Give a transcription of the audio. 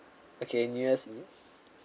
okay new year's mm